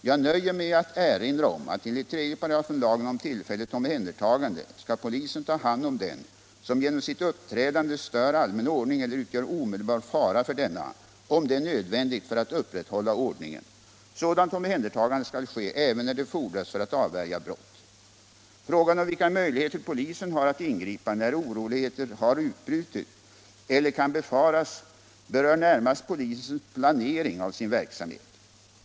Jag nöjer mig med att erinra om att enligt 3 § lagen om tillfälligt omhändertagande skall polisen ta hand om den som genom sitt uppträdande stör allmän ordning eller utgör omedelbar fara för denna, om det är nödvändigt för att upprätthålla ordningen. Sådant omhändertagande skall ske även när det fordras för att avvärja brott. Frågan om vilka möjligheter polisen har att ingripa när oroligheter har brutit ut eller kan befaras berör närmast polisens planering av sin verksamhet.